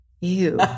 Ew